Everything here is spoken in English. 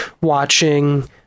watching